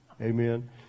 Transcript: Amen